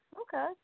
Okay